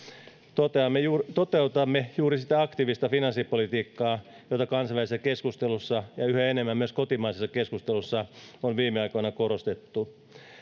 toteutamme juuri toteutamme juuri sitä aktiivista finanssipolitiikkaa jota kansainvälisessä keskustelussa ja yhä enemmän myös kotimaisessa keskustelussa on viime aikoina korostettu